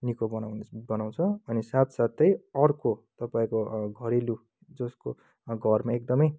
निको बनाउ बनाउँछ अनि साथसाथै अर्को तपाईँको घरेलु जसको घरमा एकदमै